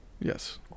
Yes